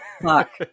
Fuck